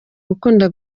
gukunda